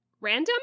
random